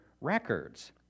records